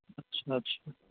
اچھا اچھا